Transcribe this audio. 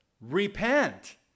repent